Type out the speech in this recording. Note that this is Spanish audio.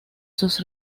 sus